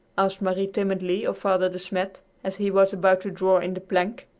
asked marie timidly of father de smet as he was about to draw in the plank.